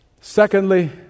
Secondly